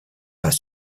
pas